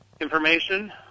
information